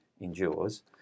endures